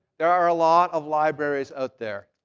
there are a lot of libraries out there.